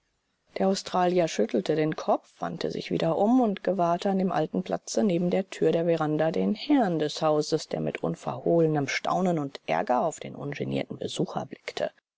der australier schüttelte den kopf wandte sich wieder um und gewahrte an dem alten platze neben der tür der veranda den herrn des hauses der mit unverhohlenem staunen und ärger auf den ungenierten besucher blickte